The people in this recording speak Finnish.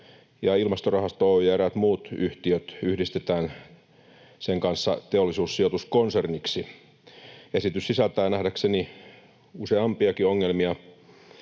Ilmastorahasto Oy ja eräät muut yhtiöt yhdistetään sen kanssa Teollisuussijoitus-konserniksi. Esitys sisältää nähdäkseni useampiakin ongelmia.